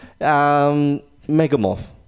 Megamorph